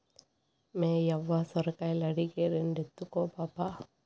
మేయవ్వ సొరకాయలడిగే, రెండెత్తుకో పాపా